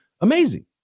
amazing